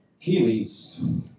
Kiwis